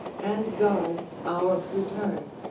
and guard our return.